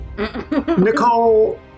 Nicole